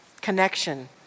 connection